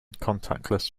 contactless